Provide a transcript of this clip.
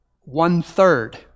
one-third